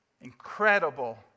Incredible